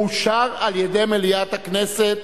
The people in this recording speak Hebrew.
אושרה על-ידי מליאת הכנסת.